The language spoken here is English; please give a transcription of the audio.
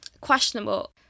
questionable